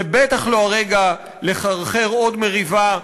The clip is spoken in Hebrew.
זה בטח לא הרגע לחרחר עוד מריבה,